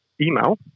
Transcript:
email